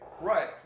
Right